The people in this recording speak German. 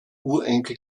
urenkel